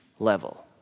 Level